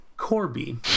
Corby